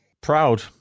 Proud